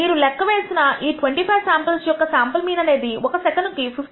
మీరు లెక్క వేసిన ఈ 25 శాంపుల్స్ యొక్క శాంపుల్ మీన్ అనేది ఒక సెకనుకు 51